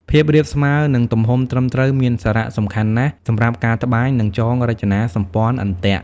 ភាពរាបស្មើ និងទំហំត្រឹមត្រូវមានសារៈសំខាន់ណាស់សម្រាប់ការត្បាញ និងចងរចនាសម្ព័ន្ធអន្ទាក់។